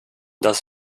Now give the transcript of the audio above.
das